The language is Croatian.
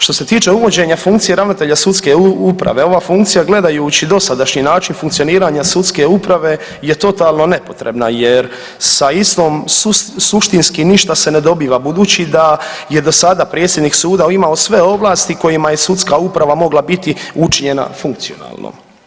Što se tiče uvođenja funkcije ravnatelja sudske uprave ova funkcija gledajući dosadašnji način funkcioniranja sudske uprave je totalno nepotrebna jer sa istom suštinski ništa se ne dobiva budući da je do sada predsjednik suda imamo sve ovlasti kojima je sudska uprava mogla biti učinjena funkcionalno.